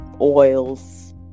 oils